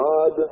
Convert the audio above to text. God